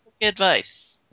advice